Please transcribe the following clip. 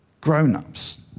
Grown-ups